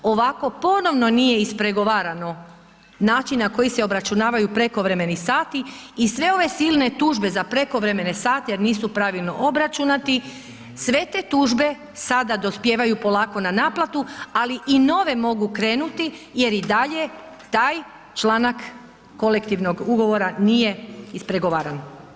Ovako ponovno nije ispregovarano način na koji se obračunavaju prekovremeni sati i sve ove silne tužbe za prekovremene sate jer nisu pravilno obračunati, sve te tužbe sada dospijevaju polako na naplatu ali i nove mogu krenuti jer i dalje taj članak kolektivnog ugovora nije ispregovaran.